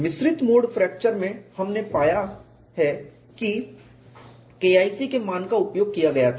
मिश्रित mode fracture में हमने पाया है कि KIC के मान का उपयोग किया गया था